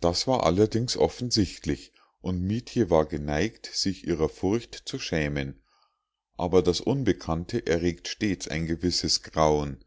das war allerdings offensichtlich und mietje war geneigt sich ihrer furcht zu schämen aber das unbekannte erregt stets ein gewisses grauen